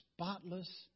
spotless